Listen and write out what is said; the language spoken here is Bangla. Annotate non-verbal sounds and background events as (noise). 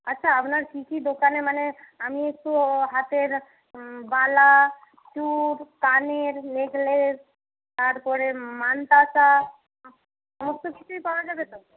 আচ্ছা আপনার কী কী দোকানে মানে আমি একটু হাতের বালা চূড় কানের নেকলেস তারপরে মানতাসা (unintelligible) সমস্ত কিছুই পাওয়া যাবে তো